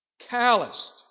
Calloused